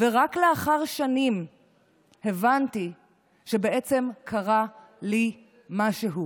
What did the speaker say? ורק לאחר שנים הבנתי שבעצם קרה לי משהו.